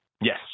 Yes